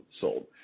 sold